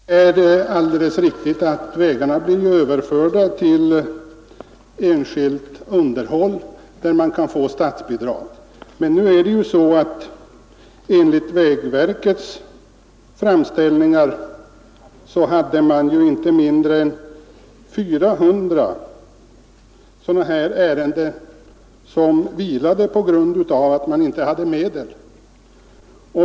Herr talman! Det är alldeles riktigt att vägarna ju blir överförda till enskilt underhåll där man kan få statsbidrag. Men enligt vägverkets framställningar fanns inte mindre än 400 sådana här ärenden som vilade på grund av att det inte fanns medel.